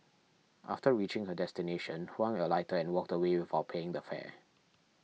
after reaching her destination Huang alighted and walked away without paying the fare